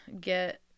get